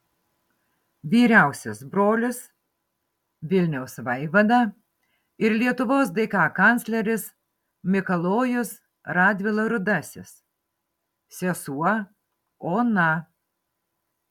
vyriausias brolis vilniaus vaivada ir lietuvos dk kancleris mikalojus radvila rudasis sesuo ona